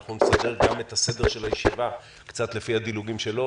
אנחנו נסדר את גם הסדר של הישיבה קצת לפי הדילוגים שלו.